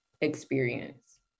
experience